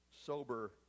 sober